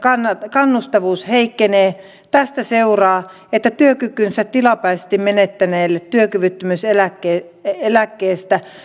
kannustavuus heikkenee tästä seuraa että työkykynsä tilapäisesti menettäneelle työkyvyttömyyseläkkeestä